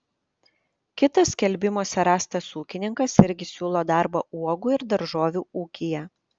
kitas skelbimuose rastas ūkininkas irgi siūlo darbą uogų ir daržovių ūkyje